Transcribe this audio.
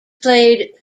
played